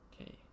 Okay